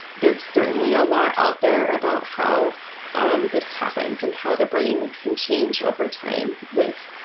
there's certainly a lot out there about how this happens and how the brain can change over time with